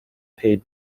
paid